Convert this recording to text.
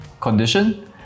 condition